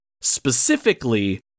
Specifically